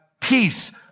peace